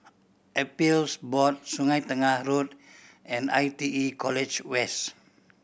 Appeals Board Sungei Tengah Road and I T E College West